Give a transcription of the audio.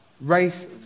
race